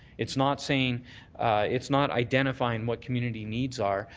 it's not saying it's not identifying what community needs are,